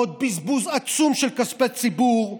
עוד בזבוז עצום של כספי ציבור.